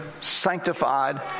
sanctified